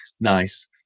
nice